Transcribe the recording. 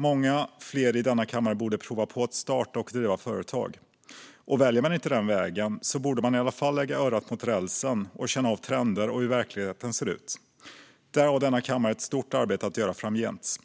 Många fler i denna kammare borde prova på att starta och driva företag. Väljer man inte den vägen borde man i alla fall lägga örat mot rälsen och känna av trender och hur verkligheten ser ut. Där har denna kammare ett stort arbete att göra framgent.